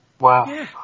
Wow